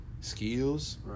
skills